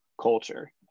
culture